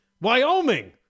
Wyoming